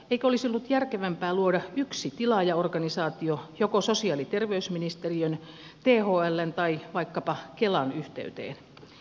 eikö olisi ollut järkevämpää luoda yksi tilaajaorganisaatio joko sosiaali ja terveysministeriön thln tai vaikkapa kelan yhteyteen